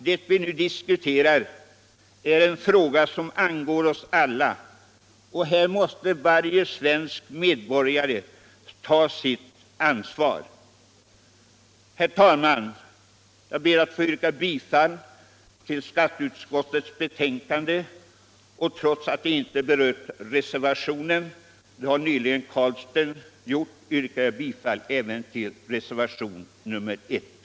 Det vi nu diskuterar är en fråga som angår oss alla, och här måste varje svensk medborgare ta sitt ansvar. Herr talman! Jag ber att få yrka bifall till skatteutskottets hemställan och även till reservationen 1, som inte jag men herr Carlstein nyss har berört.